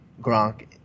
Gronk